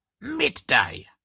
midday